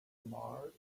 mar